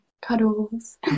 cuddles